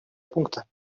пункта